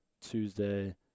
Tuesday